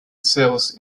cells